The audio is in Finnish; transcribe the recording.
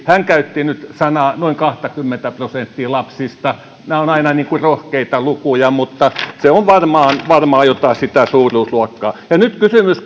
hän käytti nyt sanaa erityisesti noin kahtakymmentä prosenttia lapsista nämä ovat aina rohkeita lukuja mutta se on varmaan varmaan jotain sitä suuruusluokkaa nyt kysymys